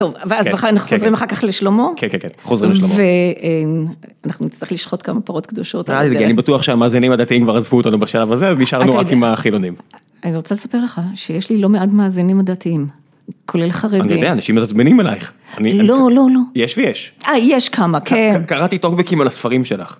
טוב, ואז בחיים אנחנו חוזרים אחר כך לשלומו. כן, כן, כן, חוזרים לשלומו. ואנחנו נצטרך לשחות כמה פרות קדושות על הדרך. אני בטוח שהמאזינים הדתיים כבר עזבו אותנו בשלב הזה, אז נשארנו רק עם החילונים. אני רוצה לספר לך שיש לי לא מעד מאזינים הדתיים, כולל חרדי. אני יודע, אנשים מעצבנים אלייך. לא, לא, לא. יש ויש. אה, יש כמה, כן. קראתי תוקבקים על הספרים שלך.